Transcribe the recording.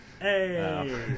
Hey